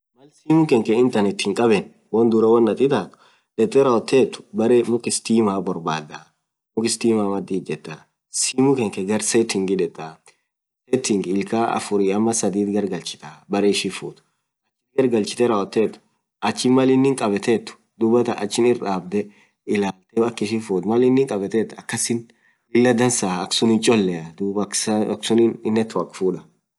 maal internet hinkabben minkenkee wonduraa woan attin ittat detee baree muuk stimaa ijetee ,simuu futte baree setingii detee, ilkaan afur ama sadiit gargalchitaa, ak ishiin fuut maal ishiin fuut aksuun dansaa, duub aksuninn network fudaa.